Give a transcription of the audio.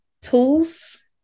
tools